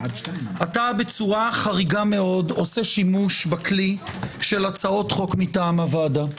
אתה בצורה חריגה מאוד עושה שימוש בכלי של הצעות חוק מטעם הוועדה.